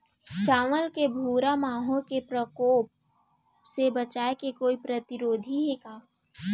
चांवल के भूरा माहो के प्रकोप से बचाये के कोई प्रतिरोधी हे का?